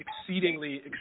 exceedingly